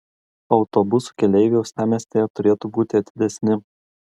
autobusų keleiviai uostamiestyje turėtų būti atidesni